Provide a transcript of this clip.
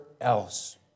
else